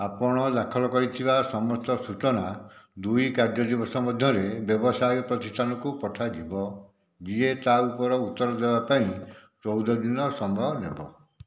ଆପଣ ଦାଖଲ କରିଥିବା ସମସ୍ତ ସୂଚନା ଦୁଇ କାର୍ଯ୍ୟ ଦିବସ ମଧ୍ୟରେ ବ୍ୟବସାୟ ପ୍ରତିଷ୍ଠାନକୁ ପଠାଯିବ ଯିଏ ତା ଉପର ଉତ୍ତର ଦେବାପାଇଁ ଚଉଦ ଦିନ ସମୟ ନେବ